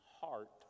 heart